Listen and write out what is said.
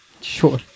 Sure